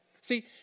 See